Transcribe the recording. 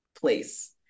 place